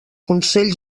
consell